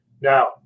Now